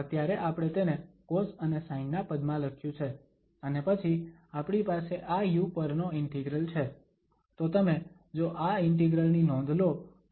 અત્યારે આપણે તેને કોસ અને સાઇન ના પદમાં લખ્યું છે અને પછી આપણી પાસે આ u પરનો ઇન્ટિગ્રલ છે તો તમે જો આ ઇન્ટિગ્રલ ની નોંધ લો